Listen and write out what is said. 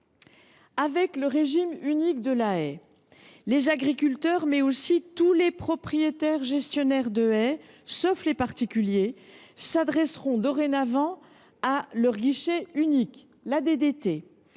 Avec le régime unique de la haie, les agriculteurs, ainsi que tous les propriétaires gestionnaires de haies, sauf les particuliers, s’adresseront dorénavant à un guichet unique, celui